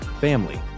family